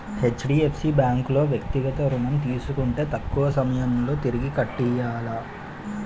HDFC bank లో వ్యక్తిగత ఋణం తీసుకుంటే తక్కువ సమయంలో తిరిగి కట్టియ్యాల